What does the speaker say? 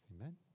Amen